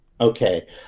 Okay